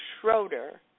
Schroeder